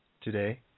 today